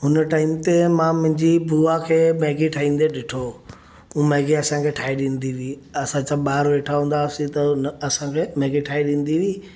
हुन टाइम ते मां मुंहिंजी बुआ खे मैगी ठाहींदे ॾिठो हुओ मैगी असां खे ठाहे ॾींदी हुई असां सभु ॿार वेठा हूंदा हुआसीं त असांखे मैगी ठाहे ॾींदी हुई